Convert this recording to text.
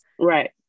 Right